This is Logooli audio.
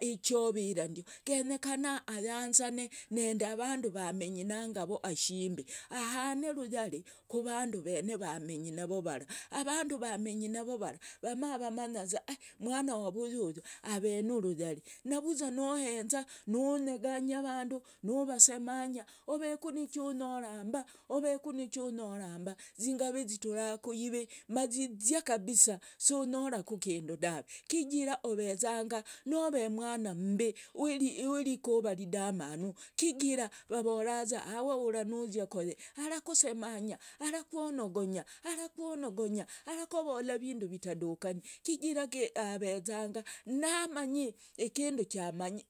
Ichovirandio genyekana ayanzane, vandu vaamenyi nangavo hashimbi, ahane ruyari kuvandu vaamenyi navo vara, avandu vaamenyi navo vara vama vamanyaza umwana wa vuyu ave nuvuyari, navuza nohenza nonyeganya avandu nuvasemanya oveku nichonyoramba oveku nichonyoramba, zingavi zitura kuyive mazizya kabisa, sionyoraku kindu daave kijira ovezanga nove umwana mmbi wirikura ridamanu kijira vavoraza awa ura nuzia koye arakosemanya arakwonogonya arakovola vindu vitadukani kijira avezanga namanyi ikindu chamanyi